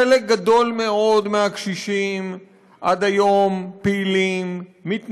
חלק גדול מאוד מהקשישים עד היום פעילים, מתנדבים,